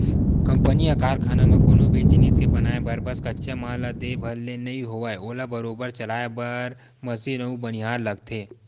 company या कारखाना म कोनो भी जिनिस के बनाय बर बस कच्चा माल ला दे भर ले नइ होवय ओला बरोबर चलाय बर मसीन अउ बनिहार लगथे